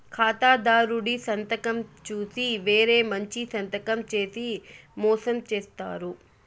ఖాతాదారుడి సంతకం చూసి వేరే మంచి సంతకం చేసి మోసం చేత్తారు